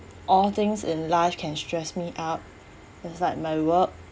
all things in life can stress me up inside my work